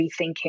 rethinking